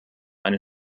eine